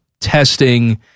testing